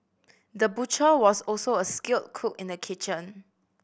the butcher was also a skilled cook in the kitchen